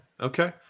Okay